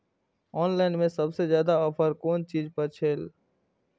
Online में सबसे ज्यादा ऑफर कोन चीज पर छे?